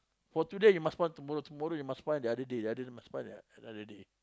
for today you must want tomorrow tomorrow you must find the other day the other day must find another day